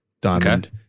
Diamond